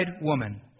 woman